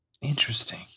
Interesting